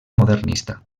modernista